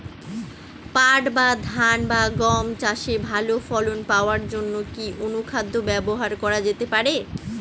পাট বা ধান বা গম চাষে ভালো ফলন পাবার জন কি অনুখাদ্য ব্যবহার করা যেতে পারে?